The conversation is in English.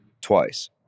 twice